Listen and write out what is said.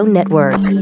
Network